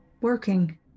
Working